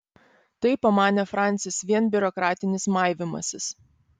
tai pamanė francis vien biurokratinis maivymasis